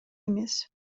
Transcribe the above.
эмес